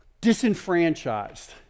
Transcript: disenfranchised